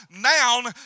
noun